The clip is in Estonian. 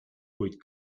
kuid